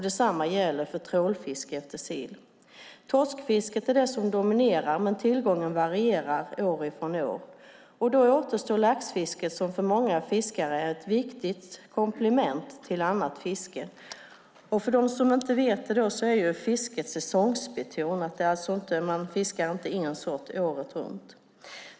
Detsamma gäller för trålfiske efter sill. Torskfisket dominerar, men tillgången varierar år från år. Då återstår laxfisket som för många fiskare är ett viktigt komplement till annat fiske. Till dem som inte vet det kan jag säga att fisket är säsongsbetonat. Man fiskar alltså inte en och samma sort året runt.